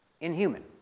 inhuman